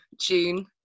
June